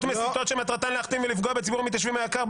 מסיתות שמטרתן להכתים ולפגוע בציבור המתיישבים היקר,